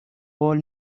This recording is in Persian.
قول